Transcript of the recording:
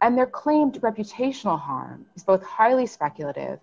and their claims reputational harm both highly speculative